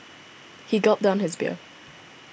he gulped down his beer